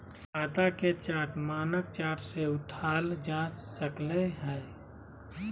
खाता के चार्ट मानक चार्ट से उठाल जा सकय हइ